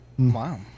Wow